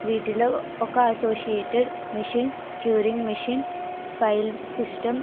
వీటిలో ఒక associated machine curing machine file system